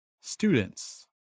students